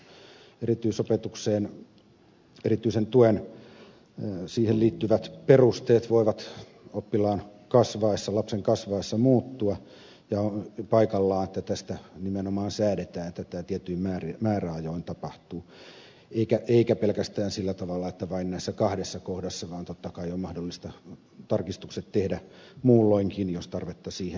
erityisopetukseen ja erityiseen tukeen liittyvät perusteet voivat oppilaan lapsen kasvaessa muuttua ja on paikallaan että tästä nimenomaan säädetään että tämä tietyin määräajoin tapahtuu eikä pelkästään sillä tavalla että vain näissä kahdessa kohdassa vaan totta kai on mahdollista tarkistukset tehdä muulloinkin jos tarvetta siihen ilmenee